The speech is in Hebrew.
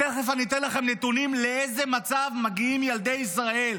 תכף אתן לכם נתונים לאיזה מצב מגיעים ילדי ישראל.